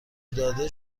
داده